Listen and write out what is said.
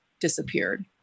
disappeared